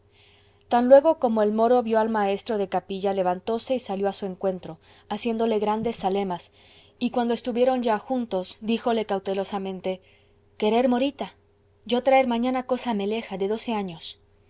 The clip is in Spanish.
tan luego como el moro vió al maestro de capilla levantóse y salió a su encuentro haciéndole grandes zalemas y cuando estuvieron ya juntos díjole cautelosamente querer morita yo traer mañana cosa meleja de doce años